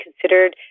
considered